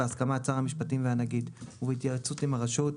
בהסכמת שר המשפטים והנגיד ובהתייעצות עם הרשות,